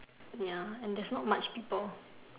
ya and there's not much people